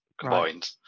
combined